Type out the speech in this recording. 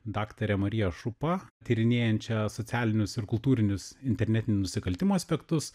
daktare marija šupa tyrinėjančią socialinius ir kultūrinius internetinių nusikaltimų aspektus